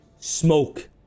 Smoke